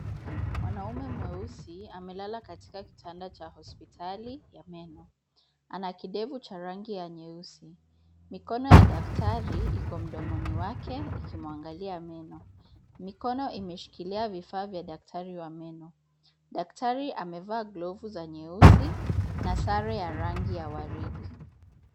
Mwanaume mweusi amelala katika kitanda cha hospitali ya meno. Ana kidevu cha rangi ya nyeusi. Mikono ya daktari iko mdomoni wake ikimwangalia meno. Mikono imeshikilia vifaa vya daktari wa meno. Daktari amevaa glovu za nyeusi na sare ya rangi ya waridi.